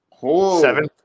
Seven